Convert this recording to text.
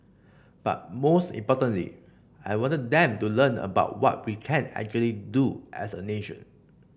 but most importantly I wanted them to learn about what we can actually do as a nation